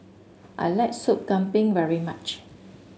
I like Sup Kambing very much